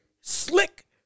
Slick